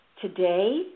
Today